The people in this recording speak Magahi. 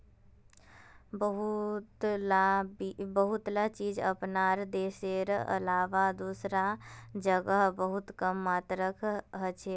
बहुतला चीज अपनार देशेर अलावा दूसरा जगह बहुत कम मात्रात हछेक